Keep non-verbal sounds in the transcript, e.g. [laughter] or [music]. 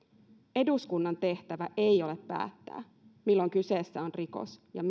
eduskunnan tehtävä ei ole päättää milloin kyseessä on rikos ja [unintelligible]